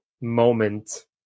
moment